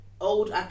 old